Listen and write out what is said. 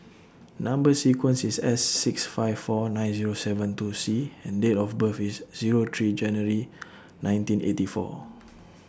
Number sequence IS S six five four nine Zero seven two C and Date of birth IS Zero three January nineteen eighty four